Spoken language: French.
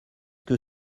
que